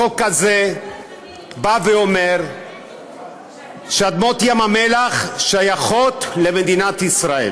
החוק הזה בא ואומר שאדמות ים המלח שייכות למדינת ישראל.